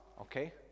okay